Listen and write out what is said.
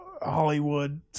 Hollywood